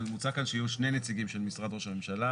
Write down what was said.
מוצע כאן שיהיו שני נציגים של משרד ראש הממשלה.